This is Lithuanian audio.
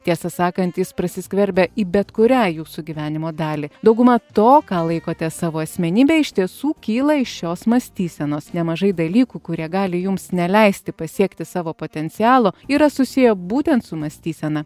tiesą sakant jis prasiskverbia į bet kurią jūsų gyvenimo dalį dauguma to ką laikote savo asmenybe iš tiesų kyla iš šios mąstysenos nemažai dalykų kurie gali jums neleisti pasiekti savo potencialo yra susiję būtent su mąstysena